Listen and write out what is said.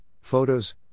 photos